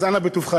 אז אנא בטובך,